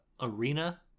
Arena